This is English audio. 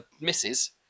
misses